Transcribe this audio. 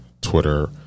Twitter